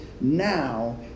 now